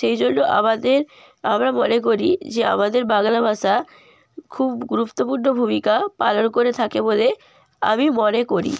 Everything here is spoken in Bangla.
সেই জন্য আমাদের আমরা মনে করি যে আমাদের বাংলা ভাষা খুব গুরুত্বপূর্ণ ভূমিকা পালন করে থাকে বলে আমি মনে করি